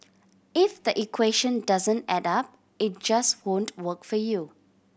if the equation doesn't add up it just won't work for you